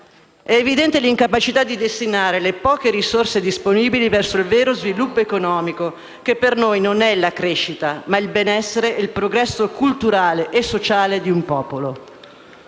È evidente l'incapacità di destinare le poche risorse disponibili verso il vero sviluppo economico che per noi non è la crescita, ma il benessere ed il progresso culturale e sociale di un popolo.